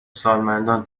سالمندان